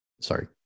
sorry